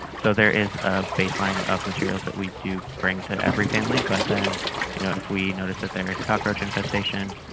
so there is a baseline of materials that we do bring to every family, but then you know if we noticed that there is a cockroach infestation,